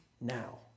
now